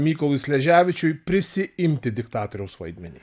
mykolui sleževičiui prisiimti diktatoriaus vaidmenį